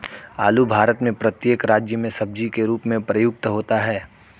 आलू भारत में प्रत्येक राज्य में सब्जी के रूप में प्रयुक्त होता है